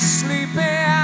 sleeping